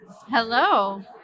Hello